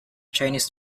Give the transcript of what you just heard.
chinese